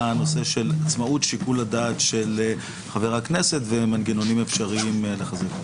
הנושא של עצמאות שיקול הדעת של חבר הכנסת ומנגנונים אפשריים להחזיר אותו.